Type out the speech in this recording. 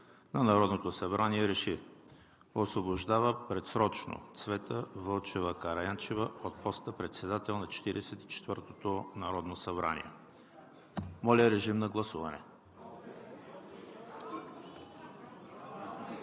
на Народното събрание РЕШИ: Освобождава предсрочно Цвета Вълчева Караянчева от поста председател на 44-тото народно събрание.“ Моля, режим на гласуване.